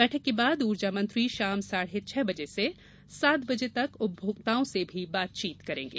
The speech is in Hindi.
बैठक के बाद ऊर्जा मंत्री शाम सोढ़े छह बजे से सात बजे तक उपभोक्ताओं से भी बातचीत करेंगे